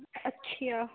اچھا